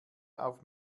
auf